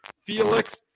Felix